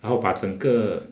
然后把整个